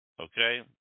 okay